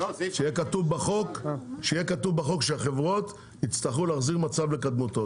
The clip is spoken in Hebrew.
שיהיה כתוב בחוק שהחברות יצטרכו להחזיר מצב לקדמותו.